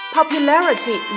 Popularity